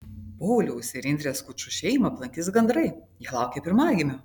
pauliaus ir indrės skučų šeimą aplankys gandrai jie laukia pirmagimio